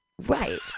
right